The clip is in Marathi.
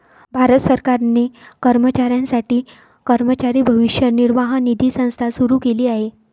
भारत सरकारने कर्मचाऱ्यांसाठी कर्मचारी भविष्य निर्वाह निधी संस्था सुरू केली आहे